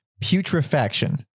Putrefaction